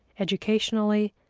educationally,